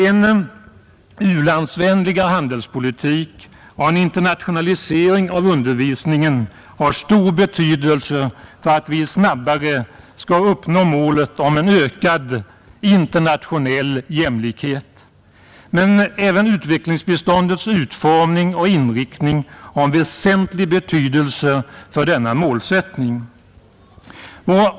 En u-landsvänligare handelspolitik och en internationalisering av undervisningen har stor betydelse för att vi snabbare skall uppnå målet: en ökad internationell jämlikhet. Men även utvecklingsbiståndets utformning och inriktning har en väsentlig betydelse för denna målsättning.